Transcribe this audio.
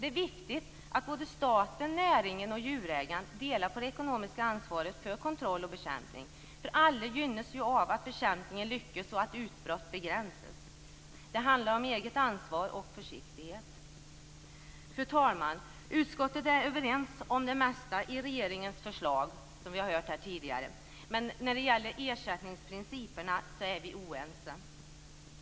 Det är viktigt att staten, näringen och djurägarna delar på det ekonomiska ansvaret för kontroll och bekämpning. Alla gynnas av att bekämpningen lyckas och att utbrott begränsas. Det handlar om eget ansvar och försiktighet. Fru talman! Utskottet är överens om det mesta i regeringens förslag. När det gäller ersättningsprinciperna är vi dock oense.